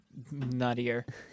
nuttier